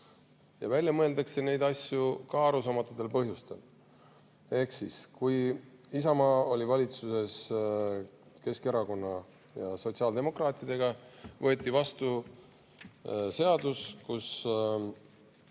Ja välja mõeldakse neid asju ka arusaamatutel põhjustel. Kui Isamaa oli valitsuses Keskerakonna ja sotsiaaldemokraatidega, võeti vastu seadus, kus